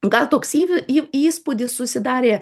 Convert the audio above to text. gal toks įv į įspūdis susidarė